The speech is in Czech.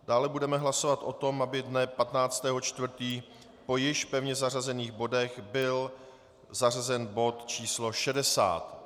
Dále budeme hlasovat o tom, aby dne 15. 4. po již pevně zařazených bodech byl zařazen bod číslo 60.